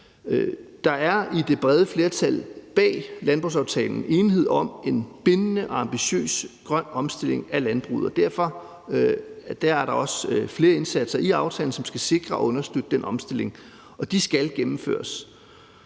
Der er i det brede flertal bag landbrugsaftalen enighed om en bindende og ambitiøs grøn omstilling af landbruget. Derfor er der også flere indsatser i aftalen, som skal sikre og understøtte den omstilling, og de skal gennemføres.